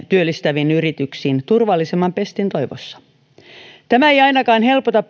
työllistäviin yrityksiin turvallisemman pestin toivossa tämä ei ainakaan helpota